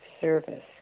service